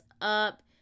up